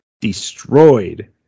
destroyed